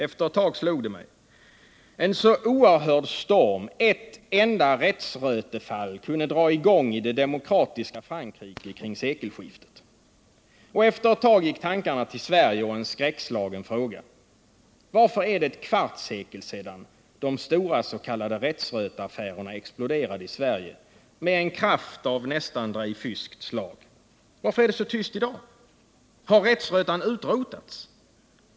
Efter ett tag slog det mig: En så oerhörd storm ett enda rättsrötefall kunde dra i gång i det demokratiska Frankrike kring sekelskiftet! Och efter en stund gick tankarna till Sverige och en skräckslagen fråga: Varför är det ett kvartssekel sedan de stora s.k. rättsröteaffärerna exploderade i Sverige med en kraft av ungefär Dreyfusskt slag? Varför är det så tyst i dag? Har rättsrötan utrotats?